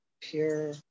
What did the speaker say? pure